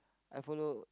I follow